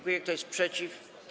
Kto jest przeciw?